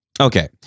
okay